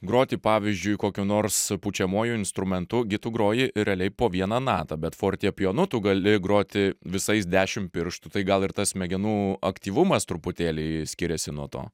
groti pavyzdžiui kokiu nors pučiamuoju instrumentu gi tu groji realiai po vieną natą bet fortepijonu tu gali groti visais dešimt pirštų tai gal ir tas smegenų aktyvumas truputėlį skiriasi nuo to